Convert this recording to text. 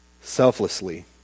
selflessly